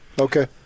Okay